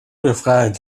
befreien